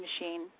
machine